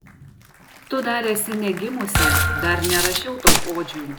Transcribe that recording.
tu dar esi negimusi dar nerašiau tau odžių